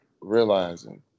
realizing